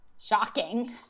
Shocking